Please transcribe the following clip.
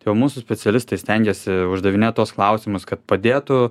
todėl mūsų specialistai stengiasi uždavinėt tuos klausimus kad padėtų